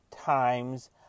times